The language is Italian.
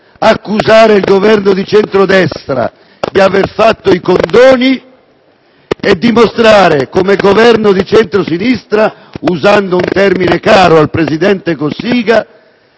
accusare il Governo di centro-destra di aver fatto i condoni e dimostrare, come Governo di centro-sinistra, usando un termine caro al presidente Cossiga,